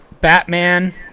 Batman